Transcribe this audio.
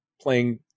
playing